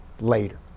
later